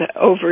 over